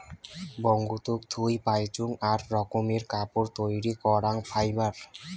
বঙ্গতুক থুই পাইচুঙ আক রকমের কাপড় তৈরী করাং ফাইবার